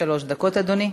שלוש דקות, אדוני.